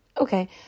okay